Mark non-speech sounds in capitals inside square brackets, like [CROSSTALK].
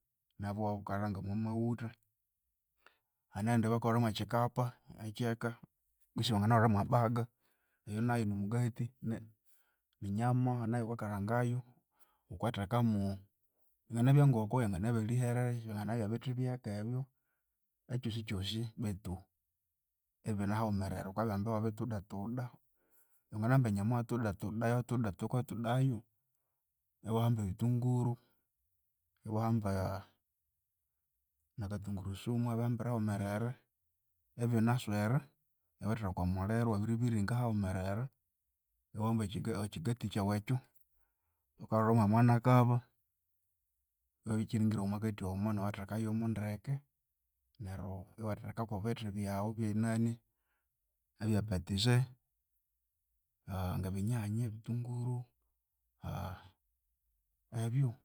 Nabu iwabukalhanga omomawutha, hane eyindi ehyabakahulha mu kyikapa ekyeka kutse wanginahulha mwebaga eyu nayu nimugati kutse ninyama nayu wukakalhangayu. Wukathekamu enkoko yanginabya erihere, yanginabya ebithi byeka ebyo ekyosikyosi betu ibinehaghumerere wukabihamba iwabitudatuda. Wanginahamba enyama iwatudatuda wukabya wabitudayu iwahamba ebithunguru, iwahamba nakathunguru sumu iwabihambira hawumerere ibinaswere iwatheka okwamuliro iwabiribilinga haghumerere, iwahamba ekyigati kyawu ekyo, wukahulha mwamwanakava iwabirikyiringira omwakathi omo ndeke neryu iwathekako ebithi byawu bye nani bye patize [HESITATION] ngebinyanya nebithunguru [HESITATION] ebyu.